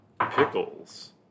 pickles